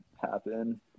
happen